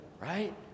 Right